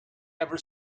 ever